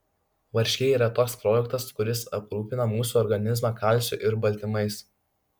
varškė yra toks produktas kuris aprūpina mūsų organizmą kalciu ir baltymais